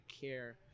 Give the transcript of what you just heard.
care